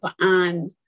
on